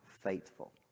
faithful